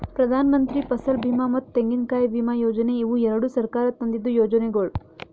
ಪ್ರಧಾನಮಂತ್ರಿ ಫಸಲ್ ಬೀಮಾ ಮತ್ತ ತೆಂಗಿನಕಾಯಿ ವಿಮಾ ಯೋಜನೆ ಇವು ಎರಡು ಸರ್ಕಾರ ತಂದಿದ್ದು ಯೋಜನೆಗೊಳ್